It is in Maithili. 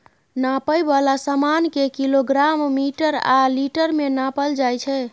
नापै बला समान केँ किलोग्राम, मीटर आ लीटर मे नापल जाइ छै